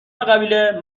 قبیله